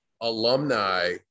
alumni